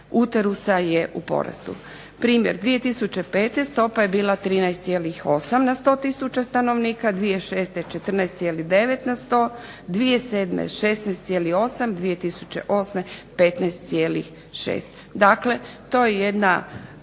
uterusa je u porastu. Primjer, 2005. stopa je bila 13,8 na 100000 stanovnika, 2006. 14,9 na sto, 2007. 16,8, 2008. 15,6. Dakle, to je jedna